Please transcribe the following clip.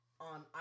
on